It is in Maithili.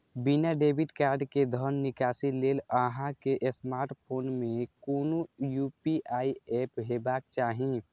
बिना डेबिट कार्ड के धन निकासी लेल अहां के स्मार्टफोन मे कोनो यू.पी.आई एप हेबाक चाही